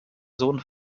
sohn